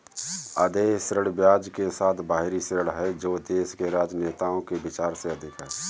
अदेय ऋण ब्याज के साथ बाहरी ऋण है जो देश के राजनेताओं के विचार से अधिक है